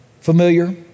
familiar